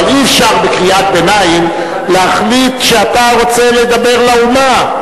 אבל אי-אפשר בקריאת ביניים להחליט שאתה רוצה לדבר לאומה.